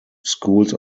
schools